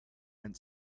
went